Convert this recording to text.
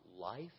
life